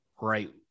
right